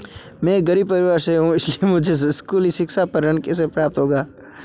मैं एक गरीब परिवार से हूं इसलिए मुझे स्कूली शिक्षा पर ऋण कैसे प्राप्त होगा?